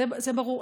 זה ברור.